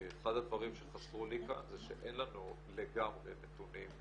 כי אחד הדברים שחסרו לי כאן זה שאין לנו לגמרי נתונים.